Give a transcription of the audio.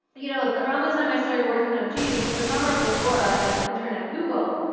you know around the time i started working on jeeves, the summer before, i had internet google,